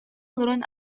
олорон